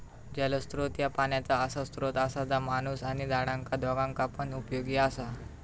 जलस्त्रोत ह्या पाण्याचा असा स्त्रोत असा जा माणूस आणि झाडांका दोघांका पण उपयोगी असा